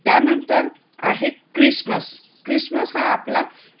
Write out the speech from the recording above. त्यानंतर आहे Christmas Christmas हा आपला